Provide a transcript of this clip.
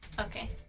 Okay